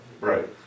Right